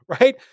right